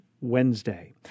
Wednesday